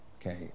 Okay